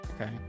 Okay